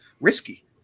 risky